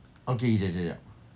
okay kejap jap jap